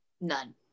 None